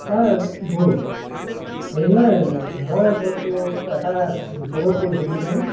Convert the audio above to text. বৰু হেৰি নহয় মই বৰতো এটা বিপদত পৰিছোঁ বুজিছা নে